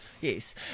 Yes